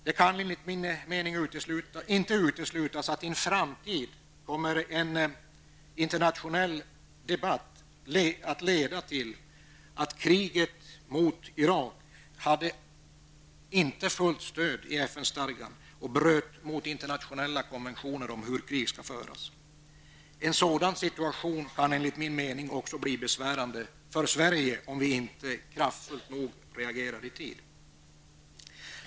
Det kan enligt min mening inte uteslutas att en internationell debatt i en framtid kommer att leda till slutsatsen att kriget mot Irak inte hade fullt stöd i FN-stadgan och bröt mot internationella konventioner om hur krig skall föras. En sådan situation kan också bli besvärande för Sverige, om vi inte kraftfullt nog reagerar i tid.